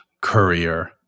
Courier